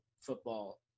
football